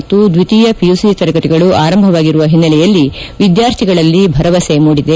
ಮತ್ತು ದ್ವಿತೀಯ ಪಿಯುಸಿ ತರಗತಿಗಳ ಆರಂಭವಾಗಿರುವ ಹಿನ್ನೆಲೆ ವಿದ್ಯಾರ್ಥಿಗಳಲ್ಲಿ ಭರವಸೆ ಮೂಡಿದೆ